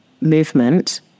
movement